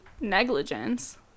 negligence